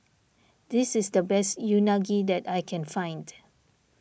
this is the best Unagi that I can find